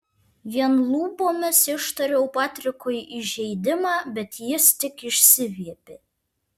vien lūpomis ištariau patrikui įžeidimą bet jis tik išsiviepė